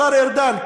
השר ארדן,